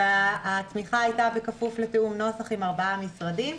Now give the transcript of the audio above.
והתמיכה הייתה בכפוף לתיאום נוסח עם ארבעה משרדים,